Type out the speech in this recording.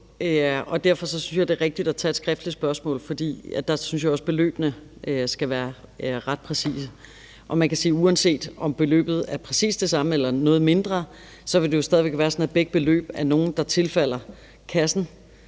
derfor synes jeg, det er rigtigt at tage et skriftligt spørgsmål, for der synes også, at beløbene skal være ret præcise. Man kan sige, at uanset om beløbet er præcis det samme eller noget mindre, vil det jo stadig være sådan, at begge beløb er nogle, der tilfalder kassen,